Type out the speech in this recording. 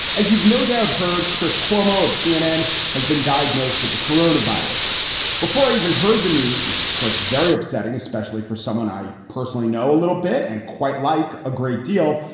as you've no doubt heard, chris cuomo of cnn has been diagnosed with the corona virus before, even heard the news, which is of course, very upsetting, especially for someone i personally know a little bit and quite like a great deal.